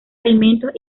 alimentos